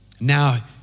Now